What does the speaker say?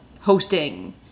hosting